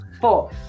four